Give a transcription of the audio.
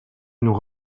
nous